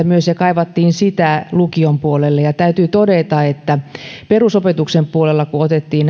myös yhteisöllisyydestä ja kaivattiin sitä lukion puolelle täytyy todeta että perusopetuksen puolella kun otettiin